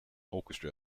orchestra